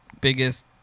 biggest